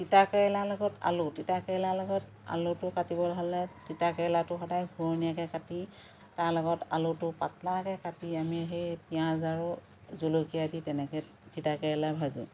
তিতা কেৰেলা লগত আলু তিতা কেৰেলা লগত আলুটো কাটিবলৈ হ'লে তিতাকেৰেলাটো সদায় ঘূৰণীয়াকৈ কাটি তাৰ লগত আলুটো পাতলাকৈ কাটি আমি সেই পিঁয়াজ আৰু জলকীয়া দি তেনেকৈ তিতা কেৰেলা ভাজোঁ